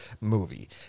movie